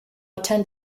attend